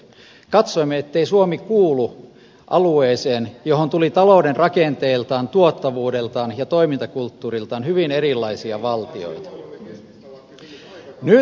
katsoimme ettei suomi kuulu alueeseen johon tuli talouden rakenteiltaan tuottavuudeltaan ja toimintakulttuuriltaan hyvin erilaisia valtioita